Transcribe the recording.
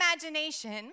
imagination